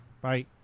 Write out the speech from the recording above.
Bye